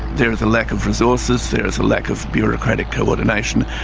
there is a lack of resources, there is a lack of bureaucratic coordination,